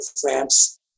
France